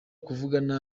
kuvugana